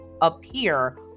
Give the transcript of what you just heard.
appear